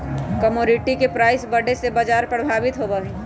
commodity के price बढ़े से बाजार प्रभावित होबा हई